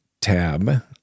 tab